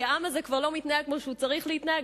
כי העם הזה כבר לא מתנהג כמו שהוא צריך להתנהג.